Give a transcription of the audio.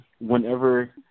whenever